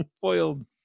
foiled